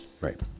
Right